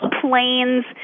planes